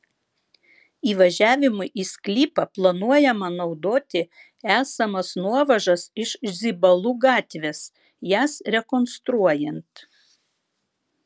įvažiavimui į sklypą planuojama naudoti esamas nuovažas iš zibalų gatvės jas rekonstruojant